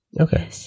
Okay